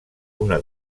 una